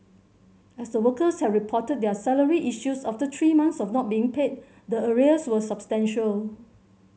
as the workers had reported their salary issues after three months of not being paid the arrears were substantial